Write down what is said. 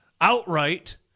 outright